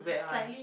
wet one